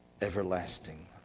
everlasting